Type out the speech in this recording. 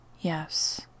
Yes